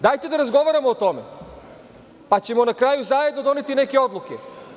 Dajte da razgovaramo o tome, pa ćemo na kraju zajedno doneti neke odluke.